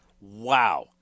Wow